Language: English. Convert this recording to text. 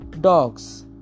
dogs